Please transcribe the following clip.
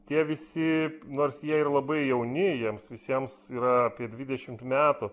tie visi nors jie ir labai jauni jiems visiems yra apie dvidešimt metų